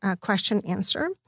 question-answer